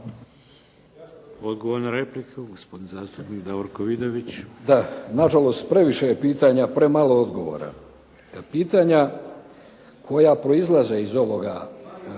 Odgovor na repliku, gospodin zastupnik Davorko Vidović. **Vidović, Davorko (SDP)** Da. Na žalost, previše je pitanja, premalo odgovora. Ta pitanja koja proizlaze iz ovoga